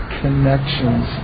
connections